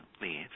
leave